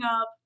up